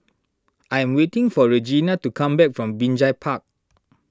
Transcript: I am waiting for Regena to come back from Binjai Park